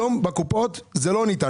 היום בקופות זה לא ניתן.